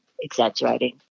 exaggerating